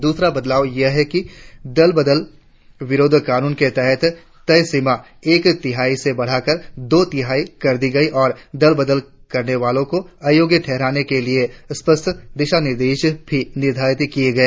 दूसरा बदलाव यह हुआ है कि दल बदल विरोधी कानून के तहत तय सीमा एक तिहाई से बढ़ा कर दो तिहाई कर दी गई और दल बदल करने वालों को अयोग्य ठहराने के लिए स्पष्ट दिशा निर्देश भी निर्धारित किए गए